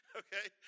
okay